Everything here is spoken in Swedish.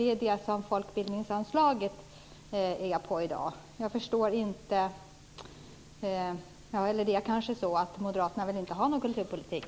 Det är det som folkbildningsanslaget är på i dag. Jag förstår inte det här - eller är det kanske så att Moderaterna inte vill ha någon kulturpolitik?